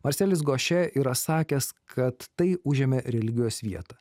marselis goše yra sakęs kad tai užėmė religijos vietą